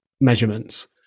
measurements